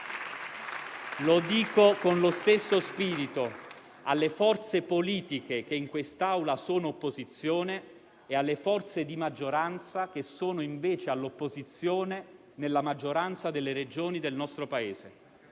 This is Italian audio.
Lo dico con lo stesso spirito alle forze politiche che in quest'Aula sono opposizione e alle forze di maggioranza che sono, invece, all'opposizione nella maggioranza delle Regioni del nostro Paese.